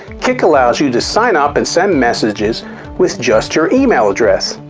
kik allows you to sign up and send messages with just your email address,